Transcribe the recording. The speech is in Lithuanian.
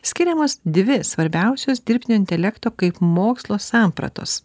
skiriamos dvi svarbiausios dirbtinio intelekto kaip mokslo sampratos